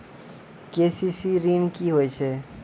KCC ॠन की होय छै?